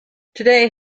today